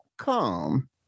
come